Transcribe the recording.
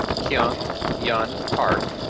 kyung yeon park,